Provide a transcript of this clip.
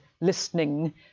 listening